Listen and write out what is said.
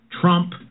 Trump